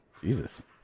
Jesus